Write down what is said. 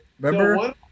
Remember